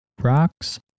Rocks